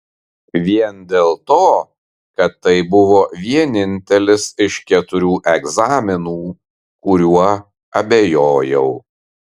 vien dėl to kad tai buvo vienintelis iš keturių egzaminų kuriuo abejojau